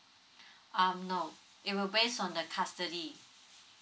um no it will base on the custody